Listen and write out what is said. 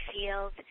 field